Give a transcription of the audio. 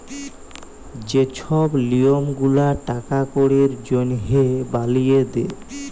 যে ছব লিয়ম গুলা টাকা কড়ির জনহে বালিয়ে দে